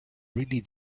really